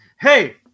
hey